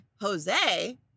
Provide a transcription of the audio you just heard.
Jose